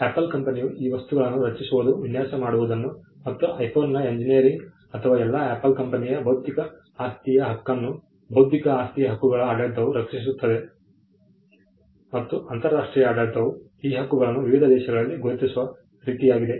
apple ಕಂಪನಿಯು ಈ ವಸ್ತುಗಳನ್ನು ರಚಿಸುವುದು ವಿನ್ಯಾಸ ಮಾಡುವುದನ್ನು ಮತ್ತು ಐಫೋನ್ನ ಎಂಜಿನಿಯರಿಂಗ್ ಅಥವಾ ಎಲ್ಲಾ ಆಪಲ್ ಕಂಪನಿಯ ಭೌತಿಕ ಆಸ್ತಿಯ ಹಕ್ಕನ್ನು ಬೌದ್ಧಿಕ ಆಸ್ತಿಯ ಹಕ್ಕುಗಳ ಆಡಳಿತವು ರಕ್ಷಿಸುತ್ತದೆ ಮತ್ತು ಅಂತರರಾಷ್ಟ್ರೀಯ ಆಡಳಿತವು ಈ ಹಕ್ಕುಗಳನ್ನು ವಿವಿಧ ದೇಶಗಳಲ್ಲಿ ಗುರುತಿಸುವ ರೀತಿಯಾಗಿದೆ